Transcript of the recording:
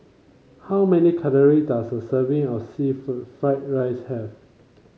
how many calorie does a serving of seafood fry rice have